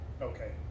Okay